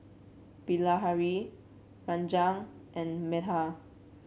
Bilahari Ranga and Medha